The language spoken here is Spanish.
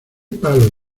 palo